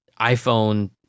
iPhone